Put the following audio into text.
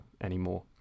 anymore